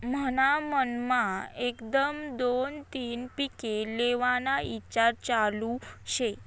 मन्हा मनमा एकदम दोन तीन पिके लेव्हाना ईचार चालू शे